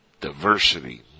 Diversity